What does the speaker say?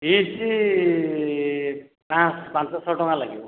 fees ପା ପାଞ୍ଚଶହ ଟଙ୍କା ଲାଗିବ